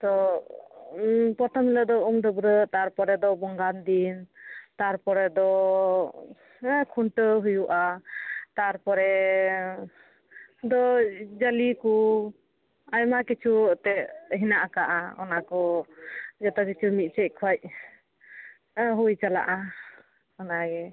ᱛᱚ ᱯᱨᱚᱛᱷᱚᱢ ᱦᱤᱞᱳᱜ ᱫᱚ ᱩᱢ ᱰᱟᱹᱵᱽᱨᱟᱹᱜ ᱛᱟᱨᱯᱚᱨᱮ ᱫᱚ ᱵᱚᱸᱜᱟᱱ ᱫᱤᱱ ᱛᱟᱨᱯᱚᱨᱮ ᱫᱚ ᱠᱷᱩᱱᱴᱟᱹᱣ ᱦᱩᱭᱩᱜᱼᱟ ᱛᱟᱨᱯᱚᱨᱮ ᱫᱚ ᱡᱟᱞᱮ ᱠᱚ ᱟᱭᱢᱟ ᱠᱤᱪᱷᱩ ᱟᱛᱮᱫ ᱦᱮᱱᱟᱜ ᱟᱠᱟᱜᱼᱟ ᱚᱱᱟ ᱠᱚ ᱡᱷᱚᱛᱚ ᱠᱤᱪᱷᱩ ᱢᱤᱫ ᱥᱮᱫ ᱠᱷᱚᱡ ᱦᱩᱭ ᱪᱟᱞᱟᱜᱼᱟ ᱚᱱᱟᱜᱮ